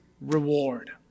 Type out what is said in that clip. reward